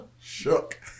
Shook